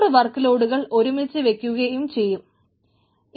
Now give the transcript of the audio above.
100 work ലോഡുകൾ ഒരുമിച്ചു വക്കുകയും ചെയ്യേണ്ടിവരും